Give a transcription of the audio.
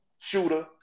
shooter